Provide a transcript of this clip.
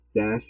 Dash